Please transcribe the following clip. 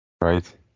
Right